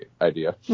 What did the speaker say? idea